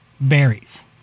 berries